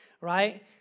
right